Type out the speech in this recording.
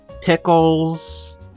pickles